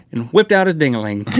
and whipped out his ding-a-ling.